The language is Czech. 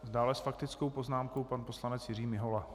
Dále s faktickou poznámkou pan poslanec Jiří Mihola.